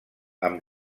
amb